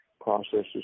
processes